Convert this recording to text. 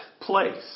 place